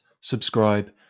subscribe